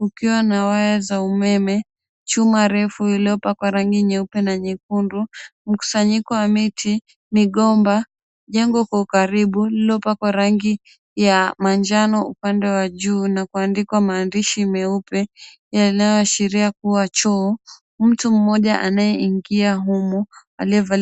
kukiwa na waya za umeme, chuma refu iliopakwa rangi nyeupe na nyekundu, mkusanyiko wa miti, migomba, jengo kwa ukaribu lililopakwa rangi ya manjano upande wa juu na kuandikwa maandishi meupe yanayoashiria kua choo. Mtu mmoja anaeingia humo aliyevalia...